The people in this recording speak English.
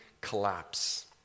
collapse